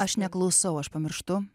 aš neklausau aš pamirštu